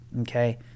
okay